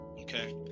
okay